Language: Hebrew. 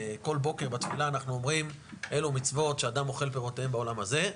כל בוקר בתפילה אנחנו אומרים אלו מצוות שאדם אוכל פירותיהן בעולם הזה,